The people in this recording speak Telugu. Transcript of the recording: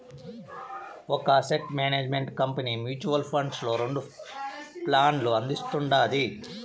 ఒక asset management company mutual funds లో రెండు ప్లాన్లు అందిస్తుండాది